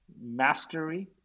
mastery